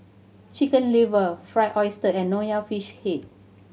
Chicken Liver Fried Oyster and Nonya Fish Head